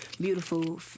beautiful